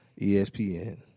ESPN